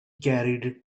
carried